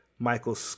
Michael